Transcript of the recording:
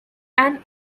and